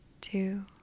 two